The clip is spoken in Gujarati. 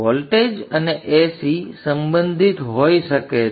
વોલ્ટેજ અને Ac સંબંધિત હોઈ શકે છે